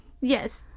Yes